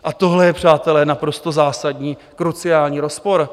A tohle je, přátelé, naprosto zásadní, kruciální rozpor.